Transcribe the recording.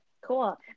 cool